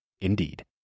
indeed